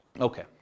Okay